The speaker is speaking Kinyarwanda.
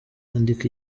andika